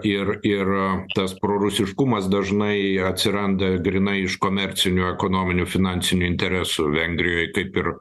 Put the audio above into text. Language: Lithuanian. ir ir tas prorusiškumas dažnai atsiranda grynai iš komercinių ekonominių finansinių interesų vengrijoj kaip ir